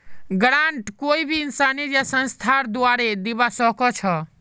grant कोई भी इंसानेर या संस्थार द्वारे दीबा स ख छ